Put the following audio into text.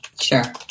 Sure